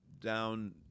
down